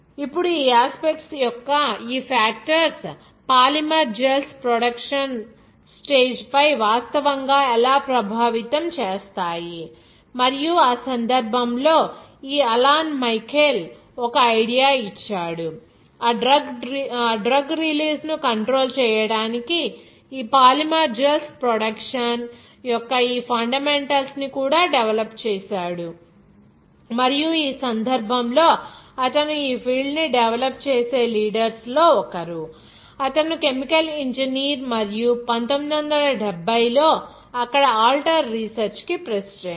ఇప్పుడు ఈ యాస్పెక్ట్స్ యొక్క ఈ factors polymer gels production stage పై వాస్తవంగా ఎలా ప్రభావితం చేస్తాయి మరియు ఆ సందర్భంలో ఈ అలాన్ మైఖేల్Alan Michael's ఒక ఐడియా ఇచ్చాడు ఆ డ్రగ్ రిలీజ్ ను కంట్రోల్ చేయడానికి ఈ పాలిమర్ జెల్స్ ప్రొడక్షన్ యొక్క ఈ ఫండమెంటల్స్ ను కూడా డెవలప్ చేశాడు మరియు ఈ సందర్భంలో అతను ఈ ఫీల్డ్ ని డెవలప్ చేసే లీడర్స్ లో ఒకరు అతను కెమికల్ ఇంజనీర్ మరియు 1970 లో అక్కడ ఆల్టర్ రీసెర్చ్ కి ప్రెసిడెంట్